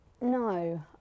No